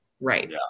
Right